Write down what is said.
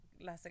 la